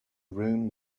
room